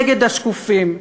נגד השקופים.